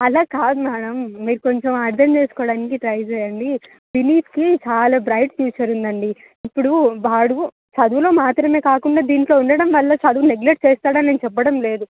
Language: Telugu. అలా కాదు మ్యాడమ్ మీరు కొంచెం అర్థం చేసుకోవడానికి ట్రై చేయండి వినీత్కి చాలా బ్రైట్ ఫ్యూచర్ ఉందండి ఇప్పుడు వాడు చదువులో మాత్రమే కాకుండా దీంట్లో ఉండడంవల్ల చదువు నెగ్లెట్ చేస్తాడని నేను చెప్పడం లేదు